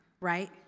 right